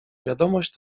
wiadomość